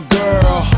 girl